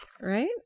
Right